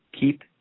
keep